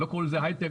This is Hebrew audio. לא קראו לזה היי-טק,